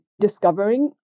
discovering